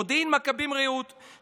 מודיעין-מכבים-רעות.